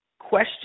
question